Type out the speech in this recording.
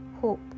hope